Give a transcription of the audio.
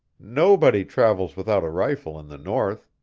nobody travels without a rifle in the north.